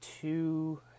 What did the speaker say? two